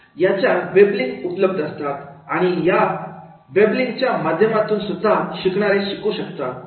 याच्या web link उपलब्ध असतात आणि या वेल्डिंग च्या माध्यमातून सुद्धा शिकणारे शिकू इच्छितात